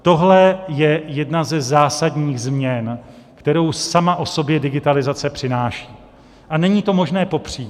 Tohle je jedna ze zásadních změn, kterou sama o sobě digitalizace přináší, a není to možné popřít.